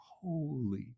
holy